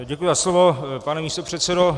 Děkuji za slovo, pane místopředsedo.